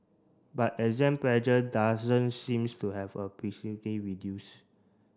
but exam pressure doesn't seems to have a reduced